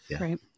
Right